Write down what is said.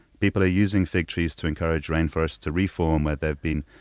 people are using fig trees to encourage rain forests to reform where they've been